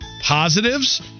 Positives